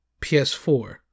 PS4